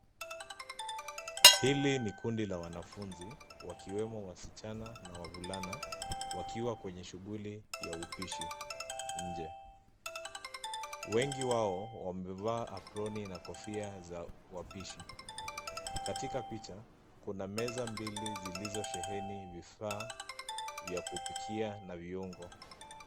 Hili ni kundi la wanafunzi wakiwemo wasichana na wavulana wakiwa kwenye shughuli ya upishi nje. Wengi wao wamevaa aproni na kofia za wapishi. Katika picha kuna meza mbili zilizosheheni vifaa vya kupikia na viungo.